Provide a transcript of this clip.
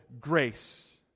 grace